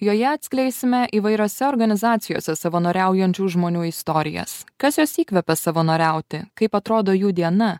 joje atskleisime įvairiose organizacijose savanoriaujančių žmonių istorijas kas juos įkvepia savanoriauti kaip atrodo jų diena